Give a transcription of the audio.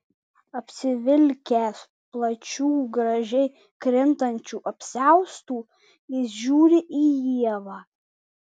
apsivilkęs plačiu gražiai krintančiu apsiaustu jis žiūri į ievą